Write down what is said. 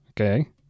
Okay